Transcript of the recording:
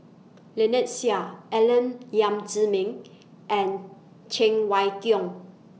Lynnette Seah Alex Yam Ziming and Cheng Wai Keung